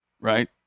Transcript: Right